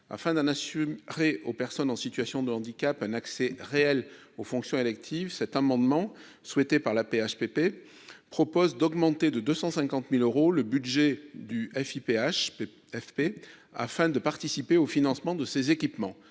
afin d'un assume aux personnes en situation de handicap, un accès réel aux fonctions électives, cet amendement souhaité par la PHP propose d'augmenter de 250000 euros, le budget du FI PHP FP afin de participer au financement de ses équipements,